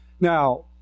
Now